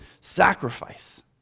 sacrifice